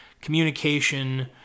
communication